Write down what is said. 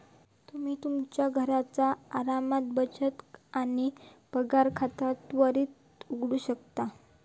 तुम्ही तुमच्यो घरचा आरामात बचत आणि पगार खाता त्वरित उघडू शकता